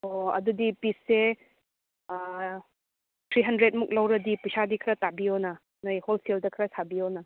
ꯑꯣ ꯑꯣ ꯑꯗꯨꯗꯤ ꯄꯤꯁꯁꯦ ꯑꯥ ꯊ꯭ꯔꯤ ꯍꯟꯗ꯭ꯔꯦꯗ ꯃꯨꯛ ꯂꯧꯔꯗꯤ ꯄꯩꯁꯥꯗꯤ ꯈꯔ ꯇꯥꯕꯤꯌꯣꯅ ꯅꯣꯏ ꯍꯣꯜꯁꯦꯜꯗ ꯈꯔ ꯁꯥꯕꯤꯌꯣꯅ